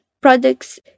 products